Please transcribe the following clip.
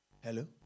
Hello